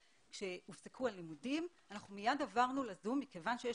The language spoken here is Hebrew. כשהופסקו הלימודים אנחנו מיד עברנו לזום מכיוון שיש